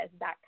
dot